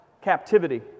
captivity